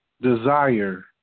desire